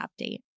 update